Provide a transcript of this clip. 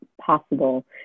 possible